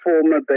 former